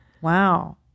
Wow